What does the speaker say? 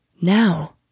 Now